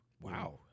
Wow